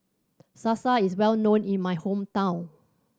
salsa is well known in my hometown